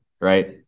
right